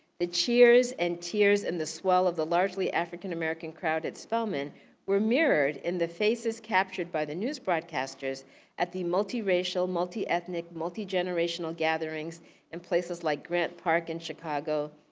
the cheers and tears and the swell of the largely african-american crowd at spelman were mirrored in the faces captured by the news broadcasters at the multi-racial, multi-ethnic, multi-generational gatherings in places like grant park in chicago,